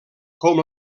com